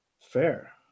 Fair